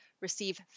Receive